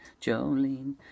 Jolene